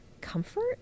comfort